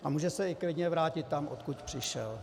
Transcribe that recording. A může se i klidně vrátit tam, odkud přišel.